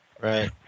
right